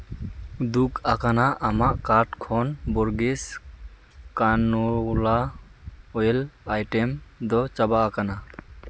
ᱫᱩᱠᱷ ᱟᱠᱟᱱᱟ ᱟᱢᱟᱜ ᱠᱟᱨᱰ ᱠᱷᱚᱱ ᱵᱚᱨᱜᱤᱥ ᱠᱟᱱᱩᱜᱩᱞᱟ ᱳᱭᱮᱞ ᱟᱭᱴᱮᱢᱥ ᱫᱚ ᱪᱟᱵᱟ ᱟᱠᱟᱱᱟ